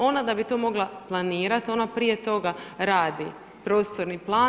Ona da bi to mogla planirati, ona prije toga radi prostorni plan.